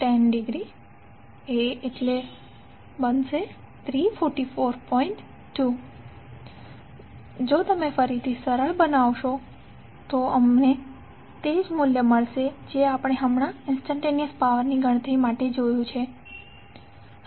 2 જો તમે ફરીથી સરળ બનાવશો તો અમને તે જ મૂલ્ય મળશે જે આપણે હમણાં જ ઇંસ્ટંટેનીઅસ પાવર ગણતરીમાં જોયું છે